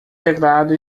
teclado